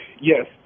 yes